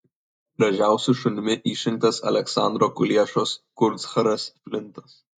gražiausiu šunimi išrinktas aleksandro kuliešos kurtsharas flintas